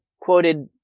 quoted